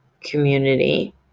community